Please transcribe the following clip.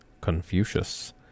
Confucius